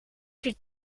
keer